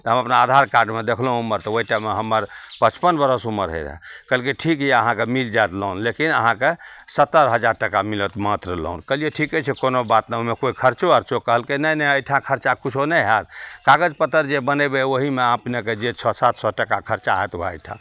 तऽ हम अपना आधार कार्डमे देखलहुँ उमरि तऽ ओहि टाइममे हमर पचपन बरिस उमरि होइ रहै कहलकै ठीक यऽ अहाँकेँ मिलि जाएत लोन लेकिन अहाँकेँ सत्तरि हजार टका मिलत मात्र लोन कहलिए ठिके छै कोनो बात नहि ओहिमे कोनो खरचो उरचो कहलकै नहि नहि एहिठाम खरचा किछु नहि हैत कागज पत्तर जे बनेबै ओहिमे अपनेँकेँ जे छओ सात सओ टका खरचा हैत वएह हैत